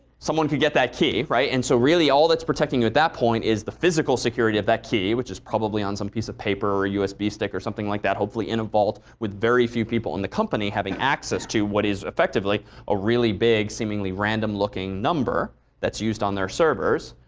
someone could get that key, right? and so really all that's protecting you at that point is the physical security of that key, which is probably on some piece of paper or a usb stick or something like that hopefully in a vault with very few people in the company having access to what is effectively a really big seemingly random looking number that's used on their servers.